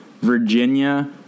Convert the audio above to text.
Virginia